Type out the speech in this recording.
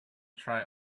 try